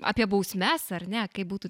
apie bausmes ar ne kaip būtų